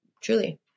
truly